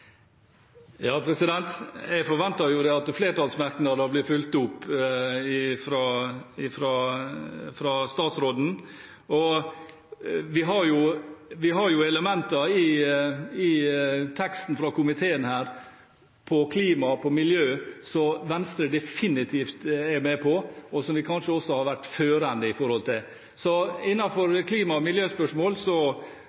Jeg forventer at flertallsmerknader blir fulgt opp av statsråden. Vi har jo elementer i merknaden fra komiteen om klima og miljø som Venstre definitivt er med på, og hvor vi kanskje også har vært førende. I klima- og miljøspørsmål håper jeg at man vil ta de grep som er nødvendig for å komme et steg videre. Eg legg merke til i innstillinga at Arbeidarpartiet og